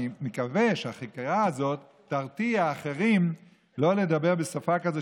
ואני מקווה שהחקירה הזאת תרתיע אחרים מלדבר בשפה כזאת,